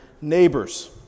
neighbors